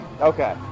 Okay